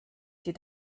sie